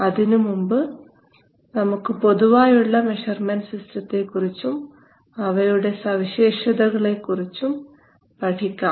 അതിനുമുമ്പ് നമുക്ക് പൊതുവായുള്ള മെഷർമെൻറ് സിസ്റ്റത്തെക്കുറിച്ചും അവയുടെ സവിശേഷതകളെക്കുറിച്ചും പഠിക്കാം